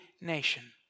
nation